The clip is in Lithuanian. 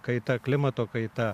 kaita klimato kaita